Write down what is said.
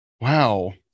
Wow